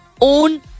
own